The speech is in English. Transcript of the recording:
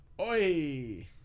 Oi